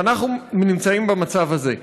ואנחנו נמצאים במצב הזה.